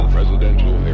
Presidential